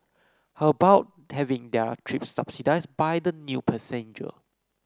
how about having their trip subsidised by the new passenger